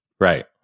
Right